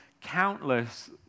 countless